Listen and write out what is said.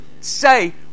say